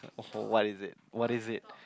what is it what is it